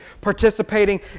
participating